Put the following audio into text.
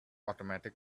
automatic